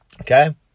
okay